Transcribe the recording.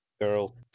Girl